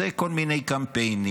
זה כל מיני קמפיינים,